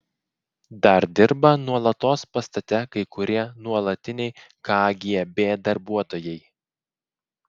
dar dirba nuolatos pastate kai kurie nuolatiniai kgb darbuotojai